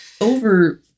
over